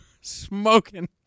smoking